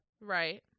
Right